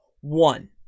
one